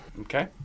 Okay